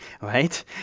right